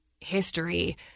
history